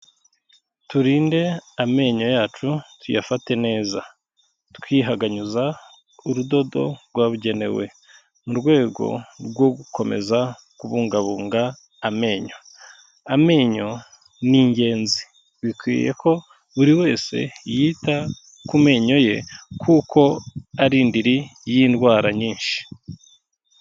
Turinde amenyo yacu, tuyafate neza. Twihanganyuza urudodo rwabugenewe. Mu rwego rwo gukomeza kubungabunga amenyo. Amenyo ni ingenzi. Bikwiye ko buri wese, yita ku menyo ye, kuko ari indiri y'indwara nyinshi.